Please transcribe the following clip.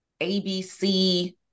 ABC